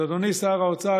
אז אדוני שר האוצר,